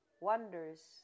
wonders